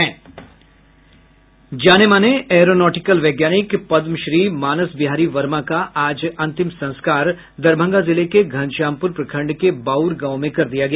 जाने माने एयरोनॉटिकल वैज्ञानिक पदमश्री मानस बिहारी वर्मा का आज अंतिम संस्कार दरभंगा जिले के घनश्यामपूर प्रखंड के बाउर गांव में कर दिया गया